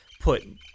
put